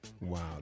Wow